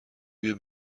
بیا